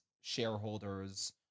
shareholders